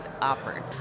offered